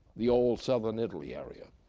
the old southern italy area,